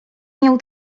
miał